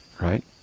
right